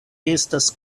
estas